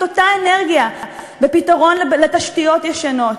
אותה אנרגיה בפתרון של תשתיות ישנות,